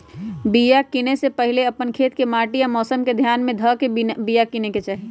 बिया किनेए से पहिले अप्पन खेत के माटि आ मौसम के ध्यान में ध के बिया किनेकेँ चाही